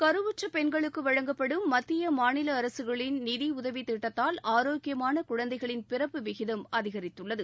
கருவுற்ற பெண்களுக்கு வழங்கப்படும் மத்திய மாநில அரசுகளின் நிதி உதவி திட்டத்தால் ஆரோக்கியமான குழந்தைகளின் பிறப்பு விகிதம் அதிகரித்துள்ளது